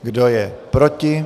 Kdo je proti?